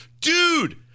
Dude